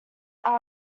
are